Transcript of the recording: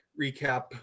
recap